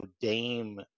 Dame